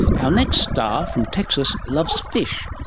our next star from texas loves fish,